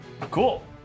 Cool